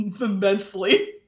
immensely